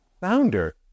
founder